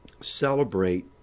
celebrate